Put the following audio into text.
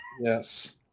Yes